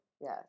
Yes